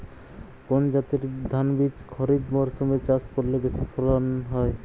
কোন জাতের ধানবীজ খরিপ মরসুম এ চাষ করলে বেশি ফলন হয়?